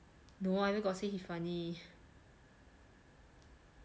no ah I where got say he funny